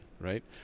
right